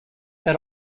that